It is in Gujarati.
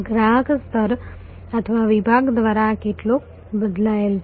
ગ્રાહક સ્તર અથવા વિભાગ દ્વારા આ કેટલો બદલાય છે